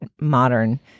modern